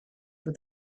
for